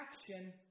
action